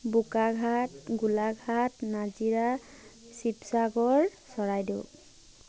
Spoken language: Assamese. বোকাখাট গোলাঘাট নাজিৰা শিৱসাগৰ চৰাইদেউ